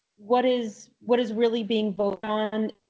what is what is really being both on.